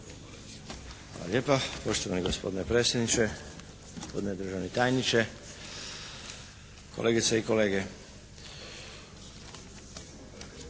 Hvala lijepa gospodine predsjedniče. Poštovani državni tajniče, kolegice i kolege.